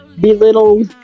belittle